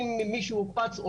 אם מישהו הוקפץ,